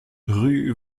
rue